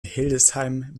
hildesheim